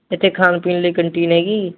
ਇੱਥੇ ਖਾਣ ਪੀਣ ਲਈ ਕੰਟੀਨ ਹੈਗੀ ਜੀ